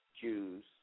Jews